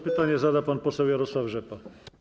Pytanie zada pan poseł Jarosław Rzepa.